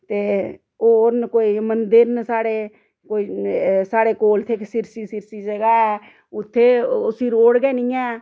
ते होर न कोई मंदिर न साढ़े कोई साढ़े कोल इक इत्थै सिरसी सिरसी जगह् ऐ उत्थै उसी रोड गै नेईं ऐ